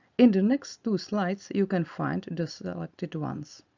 in the next two slides you can find the selected ones.